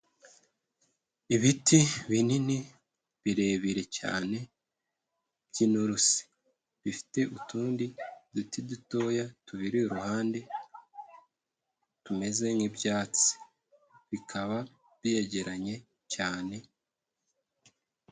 Ibiti binini birebire cyane by'inturusi, bifite utundi duti dutoya tubiri iruhande tumeze nk'ibyatsi, bikaba byegeranye cyane.